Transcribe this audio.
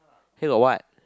here got what